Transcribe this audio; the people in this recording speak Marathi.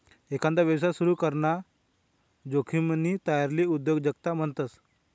एकांदा यवसाय सुरू कराना जोखिमनी तयारीले उद्योजकता म्हणतस